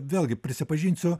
vėlgi prisipažinsiu